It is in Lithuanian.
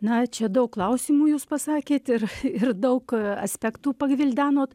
na čia daug klausimų jūs pasakėt ir ir daug aspektų pagvildenot